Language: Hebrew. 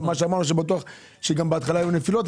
ואמרנו שבהתחלה ביטוח יהיו נפילות.